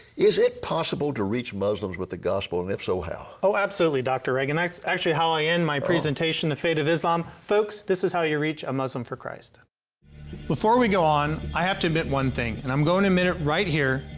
is it possible to reach muslims with the gospel? and if so how? oh, absolutely dr. reagan. that is actually how i end my presentation, the fate of islam. folks, this is how you reach a muslim for christ. music before we go on, i have to admit one thing. and i'm going to admit it right here,